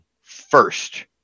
first